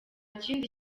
kindi